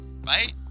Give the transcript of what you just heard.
right